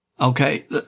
Okay